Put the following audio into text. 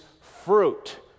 fruit